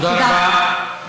תודה רבה.